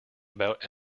about